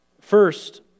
First